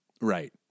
Right